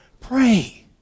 pray